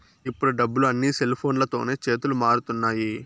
ఇప్పుడు డబ్బులు అన్నీ సెల్ఫోన్లతోనే చేతులు మారుతున్నాయి